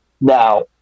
now